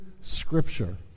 scripture